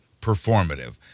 performative